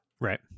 Right